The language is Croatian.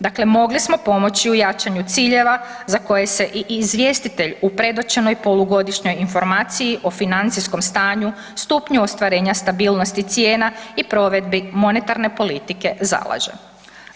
Dakle, mogli smo pomoći u jačanju ciljeva, za koje se i izvjestitelj u predočenoj polugodišnjoj informaciji o financijskom stanju, stupnju ostvarenja stabilnosti cijena i provedbi monetarne politike zalaže.